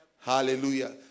Hallelujah